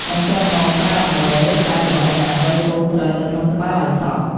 បន្ទាប់មក ប្រើអង្រែ ឬដៃរបស់អ្នកដើម្បីកូរស្រូវនៅក្នុងត្បាល់ឱ្យសព្វ។